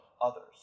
others